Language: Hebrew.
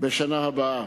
בשנה הבאה.